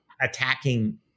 attacking